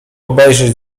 obejrzeć